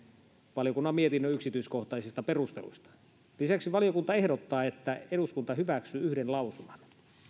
valiokunnan mietinnön yksityiskohtaisista perusteluista lisäksi valiokunta ehdottaa että eduskunta hyväksyy yhden lausuman